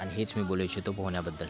आणि हेच मी बोलू इच्छितो पोहण्याबद्दल